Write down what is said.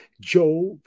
Job